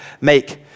make